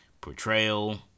portrayal